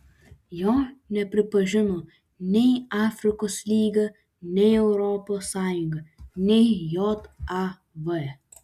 jo nepripažino nei afrikos lyga nei europos sąjunga nei jav